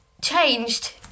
changed